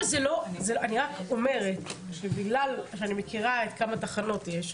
אני רק אומרת שבגלל שאני מכירה כמה תחנות יש,